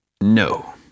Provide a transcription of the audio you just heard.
No